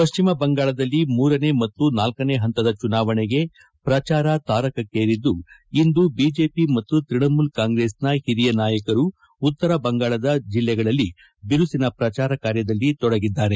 ಪಶ್ಚಿಮ ಬಂಗಾಳದಲ್ಲಿ ಮೂರನೇ ಮತ್ತು ನಾಲ್ಕನೇ ಪಂತದ ಚುನಾವಣೆಗೆ ಪ್ರಚಾರ ತಾರಕ್ಕೇರಿದ್ದು ಇಂದು ಬಿಜೆಪಿ ಮತ್ತು ತ್ಯಣಮೂಲ ಕಾಂಗ್ರೆಸ್ನ ಹಿರಿಯ ನಾಯಕರು ಉತ್ತರ ಬಂಗಾಳದ ಜಿಲ್ಲೆಗಳಲ್ಲಿ ಬಿರುಸಿನ ಪ್ರಜಾರ ಕಾರ್ಯದಲ್ಲಿ ತೊಡಗಿದ್ದಾರೆ